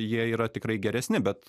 jie yra tikrai geresni bet